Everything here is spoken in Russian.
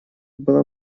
была